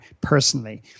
personally